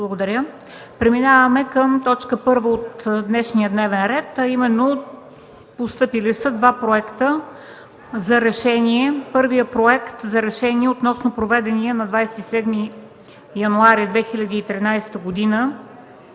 е прието. Преминаваме към точка първа от днешния дневен ред. Постъпили са два проекта за решение. Проект за решение относно проведения на 27 януари 2013 г.